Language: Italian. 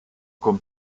con